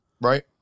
right